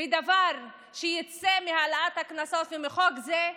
בדבר שיצא מהעלאת הקנסות ומחוק זה,